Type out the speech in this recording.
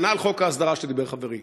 כנ"ל חוק ההסדרה, שדיבר עליו חברי.